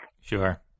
Sure